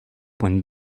poan